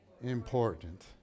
important